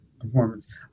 performance